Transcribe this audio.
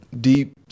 deep